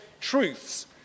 truths